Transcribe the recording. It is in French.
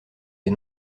des